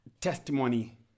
testimony